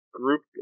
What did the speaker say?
group